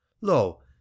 Lo